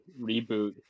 reboot